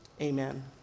Amen